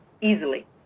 easily